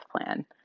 plan